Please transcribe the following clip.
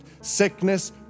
sickness